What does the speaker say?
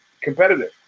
competitive